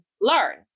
learn